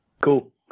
Cool